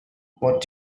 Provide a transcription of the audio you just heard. what